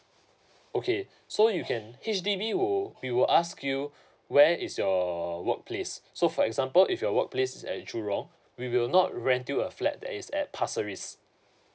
okay so you can H_D_B will we will ask you where is your workplace so for example if your workplace is at jurong we will not rent you a flat that is at parseley